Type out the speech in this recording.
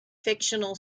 fictional